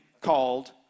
called